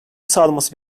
sağlaması